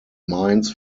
mines